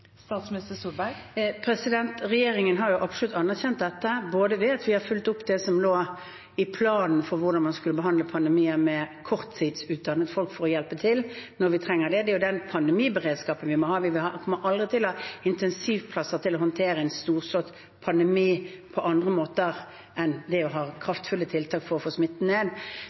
Regjeringen har absolutt anerkjent dette, både ved at vi har fulgt opp det som lå i planen for hvordan man skulle behandle pandemien med korttidsutdannede folk for å hjelpe til når vi trenger det. Det er den pandemiberedskapen vi må ha. Vi kommer aldri til å ha intensivplasser til å håndtere en storslått pandemi på andre måter enn det å ha kraftfulle tiltak for å få smitten ned.